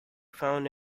found